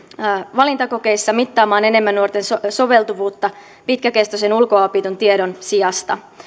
valintakokeissa mittaamaan enemmän nuorten soveltuvuutta pitkäkestoisen ulkoa opitun tiedon sijasta